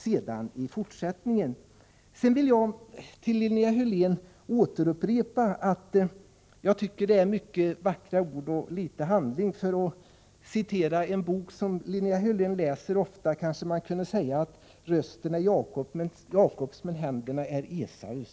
Sedan vill jag upprepa för Linnea Hörlén att jag tycker att det är många vackra ord och litet handling. Man kunde kanske citera en bok som Linnea Hörlén ofta läser och säga att rösten är Jakobs men händerna är Esaus.